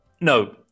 No